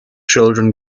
children